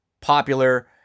popular